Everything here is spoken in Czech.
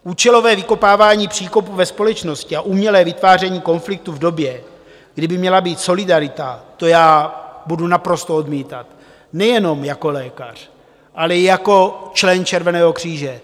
Účelové vykopávání příkopů ve společnosti a umělé vytváření konfliktů v době, kdy by měla být solidarita, to já budu naprosto odmítat nejenom jako lékař, ale jako člen Červeného kříže.